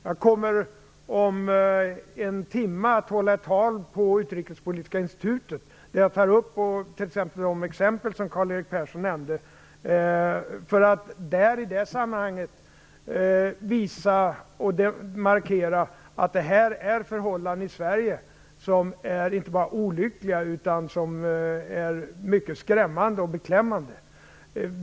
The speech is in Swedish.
Jag kommer om en timme att hålla tal på Utrikespolitiska institutet där jag kommer att ta upp de exempel som Karl-Erik Persson nämnde för att i det sammanhanget visa och markera att detta är förhållanden i Sverige som inte bara är olyckliga utan mycket skrämmande och beklämmande.